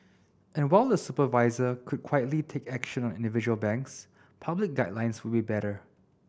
and while the supervisor could quietly take action on individual banks public guidelines would be better